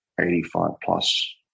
85-plus